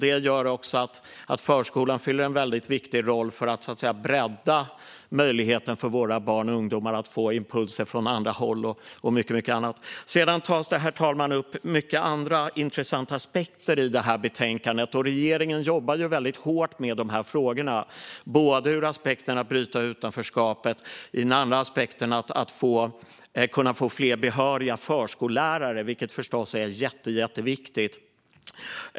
Det gör att förskolan fyller en väldigt viktig roll för att så att säga bredda möjligheten för våra barn och ungdomar att få impulser från andra håll och mycket annat. Herr talman! Sedan tas många andra intressanta aspekter upp i detta betänkande. Och regeringen jobbar väldigt hårt med dessa frågor ur flera aspekter, både för att bryta utanförskapet och för att kunna få fler behöriga förskollärare, vilket förstås är jätteviktigt.